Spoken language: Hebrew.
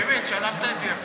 באמת שלפת את זה יפה.